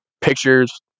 Pictures